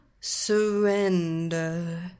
surrender